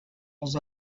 els